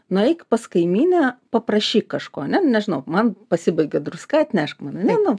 nueik pas kaimynę paprašyk kažko ane nežinau man pasibaigė druska atnešk man ane nu